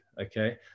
Okay